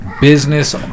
Business